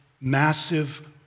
massive